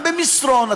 גם במסרון,